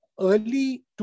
early